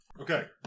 Okay